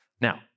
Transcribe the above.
Now